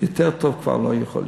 יותר טוב כבר לא יכול להיות.